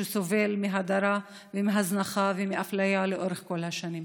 שסובל מהדרה ומהזנחה ומאפליה לאורך כל השנים.